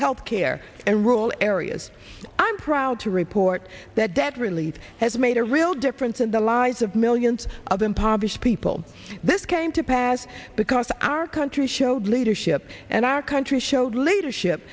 health care and rural areas i'm proud to report that debt relief has made a real difference in the lives of millions of impoverished people this came to pass because our country showed leadership and our country showed leadership